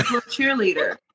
cheerleader